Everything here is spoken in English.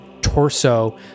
torso